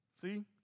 See